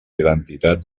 identitat